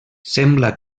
sembla